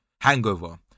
Hangover